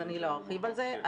אז אני לא ארחיב על זה.